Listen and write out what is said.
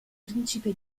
principe